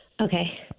Okay